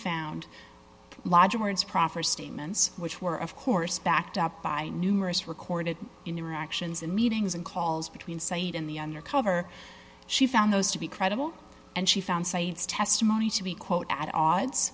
found logic proffer statements which were of course backed up by numerous recorded interactions in meetings and calls between site in the under cover she found those to be credible and she found sites testimony to be quote at odds